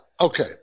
Okay